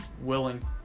willing